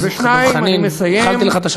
חבר הכנסת דב חנין.